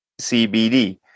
cbd